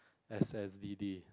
S_S_D_D